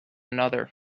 another